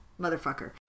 motherfucker